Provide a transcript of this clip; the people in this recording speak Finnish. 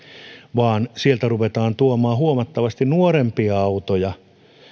vaan sieltä ruvetaan tuomaan huomattavasti nuorempia autoja